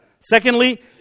Secondly